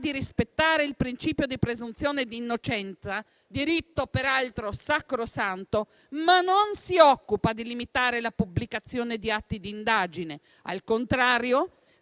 di rispettare il principio di presunzione di innocenza (diritto peraltro sacrosanto), ma che non si occupa di limitare la pubblicazione di atti di indagine. Al contrario,